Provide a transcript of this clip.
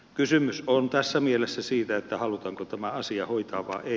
kysymys on tässä mielessä siitä halutaanko tämä asia hoitaa vai ei